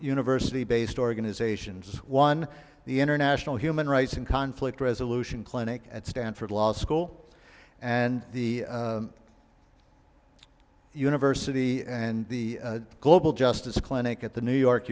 university based organizations one the international human rights and conflict resolution clinic at stanford law school and the university and the global justice clinic at the new york